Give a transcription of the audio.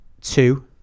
two